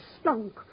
stunk